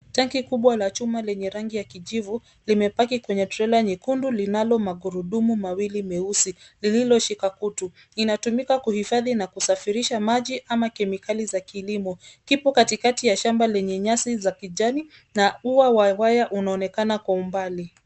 Taki kubwa na chuma lenye rangi ya kijivu, limepaki kwenye trela nyekundu linalo magurudumu mawili meusi, lililoshika kutu. Linatumika kuhifadhi na kusafirisha maji ama kemikali za kilimo. Kipo katikati ya shamba lenye nyasi za kijani, na ua wa waya unaonekana kwa umbali.